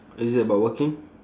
is it about working